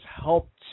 helped